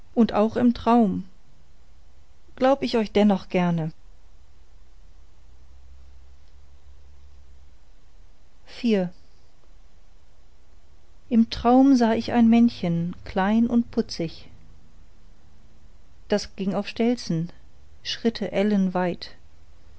und auch im traum glaub ich euch dennoch gerne iv im traum sah ich ein männchen klein und putzig das ging auf stelzen schritte